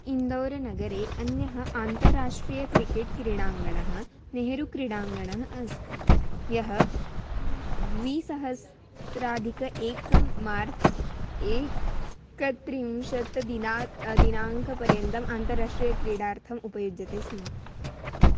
इन्दोर् नगरे अन्यः आन्तराष्ट्रीय क्रिकेट् क्रीडाङ्गणः नेहरु क्रीडाङ्गणः अस्ति यः द्विसहस्राधिक एकं मार्च् एकत्रिंशत् दिनात् दिनाङ्कपर्यन्तम् अन्तराष्ट्रीयक्रीडार्थम् उपयुज्यते स्म